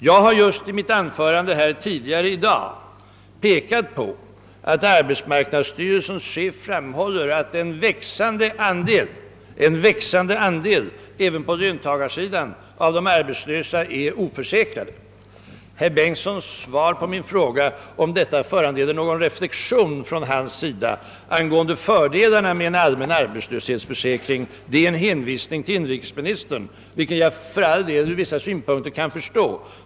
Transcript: I mitt tidigare anförande i dag påpekade jag att arbetsmarknadsstyrelsens chef framhållit, att en växande andel av de arbetslösa, även på löntagarsidan, är oförsäkrade. Herr Bengtssons svar på min fråga, huruvida detta föranleder någon reflexion från hans sida angående fördelarna med en allmän arbetslöshetsförsäkring, är en hänvisning till inrikesministern, vilket jag för all del ur vissa synpunkter kan förstå.